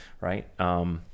Right